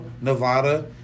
Nevada